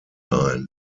ein